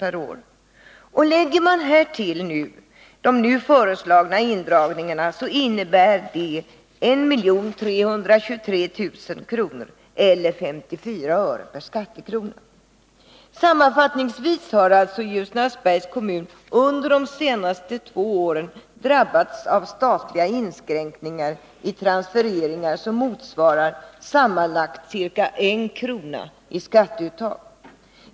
per år. Sammanfattningsvis har alltså Ljusnarsbergs kommun under de senaste två åren drabbats av statliga inskränkningar i transfereringar som motsvarar sammanlagt ca 1 kr. i skatteuttag.